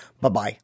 Bye-bye